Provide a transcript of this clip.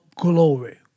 glory